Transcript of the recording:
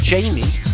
Jamie